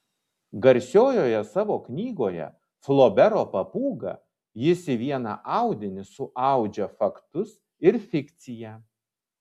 garsiojoje savo knygoje flobero papūga jis į vieną audinį suaudžia faktus ir fikciją